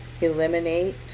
eliminate